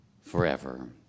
forever